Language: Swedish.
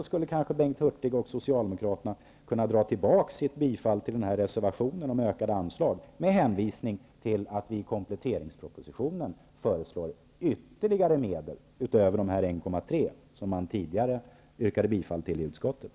Socialdemokraterna kunna dra tillbaka yrkandet om bifall till reservationen om ökade anslag, med hänvisning till att regeringen i kompletteringspropositionen föreslår ytterligare medel utöver de 1,3 miljarder som de yrkade bifall till i utskottet.